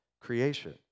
creation